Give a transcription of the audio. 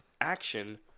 action